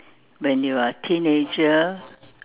when you are teenager